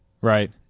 Right